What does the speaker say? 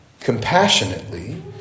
compassionately